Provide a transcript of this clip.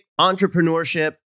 entrepreneurship